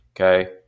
Okay